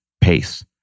pace